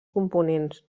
components